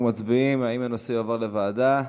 אנחנו מצביעים אם הנושא יועבר לוועדה.